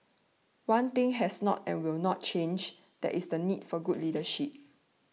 one thing has not and will not change that is the need for good leadership